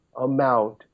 amount